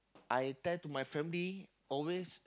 I tell to my family always